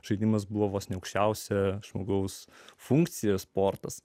žaidimas buvo vos ne aukščiausia žmogaus funkcija sportas